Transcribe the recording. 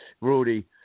Rudy